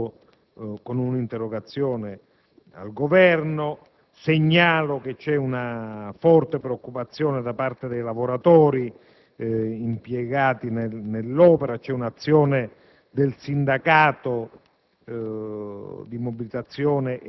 mi sono rivolto con una interrogazione al Governo; segnalo che vi è una forte preoccupazione da parte dei lavoratori impiegati nell'opera; vi è un'azione del sindacato